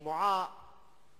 שמועה